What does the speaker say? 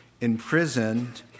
imprisoned